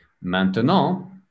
Maintenant